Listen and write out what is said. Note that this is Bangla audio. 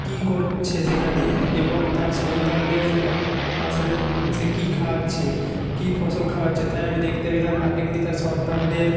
কী করছে সেখানে এবং তার সন্তানদের এক আসলে সে কী খাওয়াচ্ছে কী ফসল খাওয়াচ্ছে তাই আমি দেখতে পেলাম পাখিগুলি তার সন্তানদের